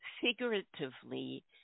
figuratively